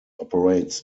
operates